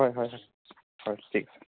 হয় হয় হয় হয় ঠিক